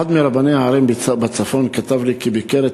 אחד מרבני הערים בצפון כתב לי כי ביקר את